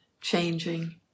changing